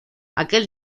aquel